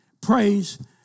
Praise